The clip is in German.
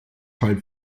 halb